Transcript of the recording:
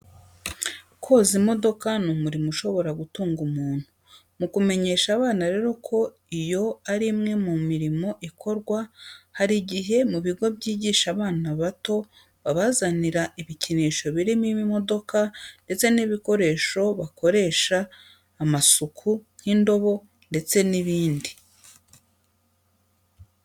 Koza imodoka ni umurimo ushobora gutunga umuntu. Mu kumenyesha abana rero ko iyo ari imwe mu mirimo ikorwa, hari igihe mu bigo byigisha abana bato babazanira ibikinisho birimo imodoka ndetse n'ibikoresho bakoresha bayikorera amasuku nk'indobo ndetse n'ibindi.